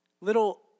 little